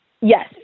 Yes